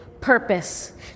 purpose